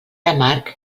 amarg